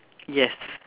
yes